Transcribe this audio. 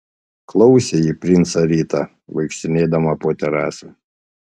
klausė ji princą rytą vaikštinėdama po terasą